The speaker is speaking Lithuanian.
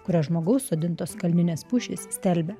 kurias žmogaus sodintos kalninės pušys stelbia